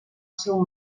seu